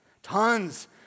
tons